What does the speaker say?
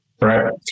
right